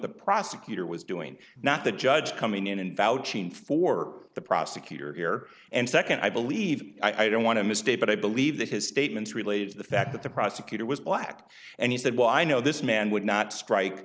the prosecutor was doing not the judge coming in and vouching for the prosecutor here and second i believe i don't want to misstate but i believe that his statements related to the fact that the prosecutor was black and he said well i know this man would not strike